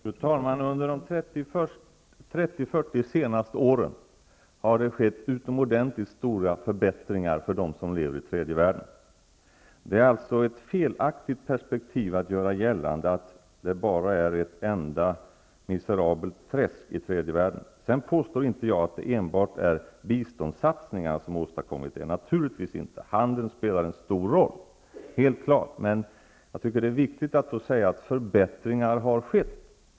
Herr talman! Under de 30--40 senaste åren har det skett utomordentigt stora förbättringar för dem som lever i tredje världen. Det är ett felaktigt perspektiv att göra gällande att tredje världen är ett enda miserabelt träsk. Jag påstår naturligtvis inte att det endast är biståndssatsningar som har åstadkommit dessa förbättringar. Det är helt klart att handeln har spelat en stor roll. Det är viktigt att säga att förbättringar har skett.